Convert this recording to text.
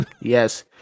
Yes